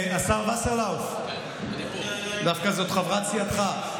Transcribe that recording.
השר וסרלאוף, דווקא זאת חברת סיעתך.